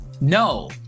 no